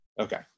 okay